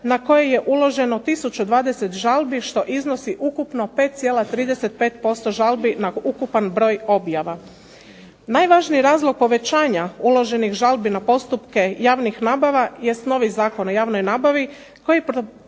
na koje je uloženo tisuću 20 žalbi što iznosi ukupno 5,35% žalbi na ukupan broj objava. Najvažniji razlog povećanja uloženih žalbi na postupke javnih nabava jest novi Zakon o javnoj nabavi koji